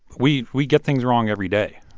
we we get things wrong every day.